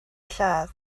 lladd